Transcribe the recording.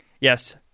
Yes